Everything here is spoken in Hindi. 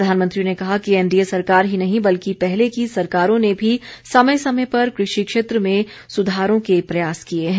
प्रधानमंत्री ने कहा कि एनडीए सरकार ही नहीं बल्कि पहले की सरकारों ने भी समय समय पर कृषि क्षेत्र में सुधारों के प्रयास किए हैं